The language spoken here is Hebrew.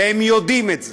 והם יודעים את זה.